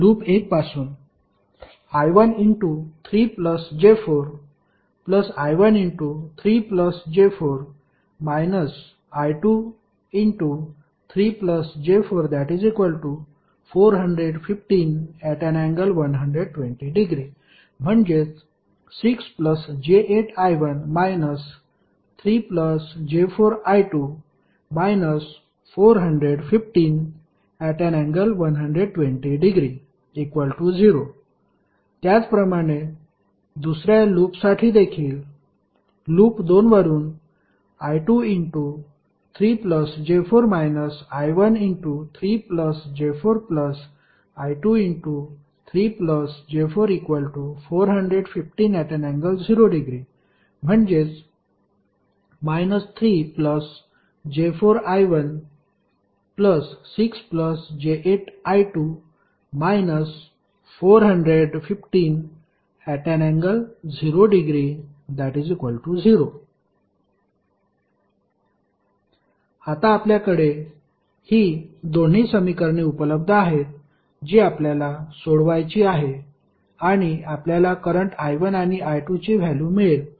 loop 1 पासून I13 j4 I13 j4 − I23 j4 415∠120◦ म्हणजेच 6 j8 I1 − 3 j4 I2 − 415∠120◦ 0 त्याचप्रमाणे दुसर्या लूपसाठीदेखील लूप 2 वरून I23 j4 − I13 j4 I23 j4 415∠0◦ म्हणजेच −3 j4 I1 6 j8 I2 − 415∠0◦ 0 आता आपल्याकडे ही दोन्ही समीकरणे उपलब्ध आहेत जी आपल्याला सोडवायची आहे आणि आपल्याला करंट I1 आणि I2 ची व्हॅल्यु मिळेल